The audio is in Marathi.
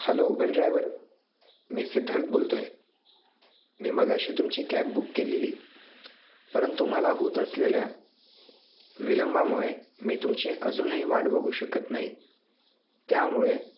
हॅलो उबर ड्रायव्हर मी सिद्धार्थ बोलतोय मी मगाशी तुमची कॅब बुक केलेली परंतु मला होत असलेल्या विलंबामुळे मी तुमची अजूनही वाट शकत नाही त्यामुळे